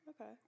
Okay